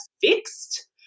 fixed